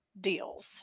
deals